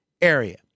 area